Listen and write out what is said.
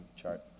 chart